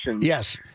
Yes